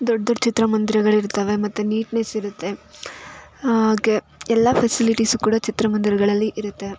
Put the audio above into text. ದೊಡ್ಡ ದೊಡ್ಡ ಚಿತ್ರಮಂದಿರಗಳಿರ್ತವೆ ಮತ್ತು ನೀಟ್ನೆಸ್ ಇರುತ್ತೆ ಹಾಗೆ ಎಲ್ಲ ಫೆಸಿಲಿಟಿಸು ಕೂಡ ಚಿತ್ರಮಂದಿರಗಳಲ್ಲಿ ಇರುತ್ತೆ